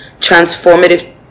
transformative